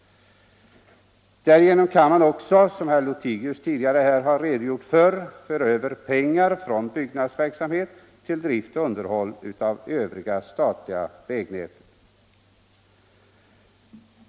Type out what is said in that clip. Därigenom kan man också, som herr Lothigius tidigare har redovisat, föra över pengar från byggnadsverksamhet till drift och underhåll av det övriga statliga vägnätet.